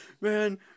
Man